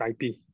IP